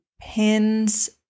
pins